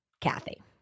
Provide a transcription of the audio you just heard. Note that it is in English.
Kathy